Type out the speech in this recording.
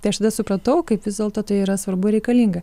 tai aš tada supratau kaip vis dėlto tai yra svarbu reikalinga